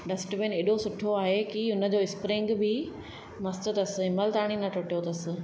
dustbin एॾो सुठो आहे की उन जो स्प्रिंग बि मस्तु अथसि जेमहिल ताणी न टूटियो अथसि